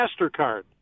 MasterCard